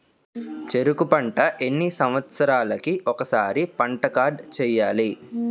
చెరుకు పంట ఎన్ని సంవత్సరాలకి ఒక్కసారి పంట కార్డ్ చెయ్యాలి?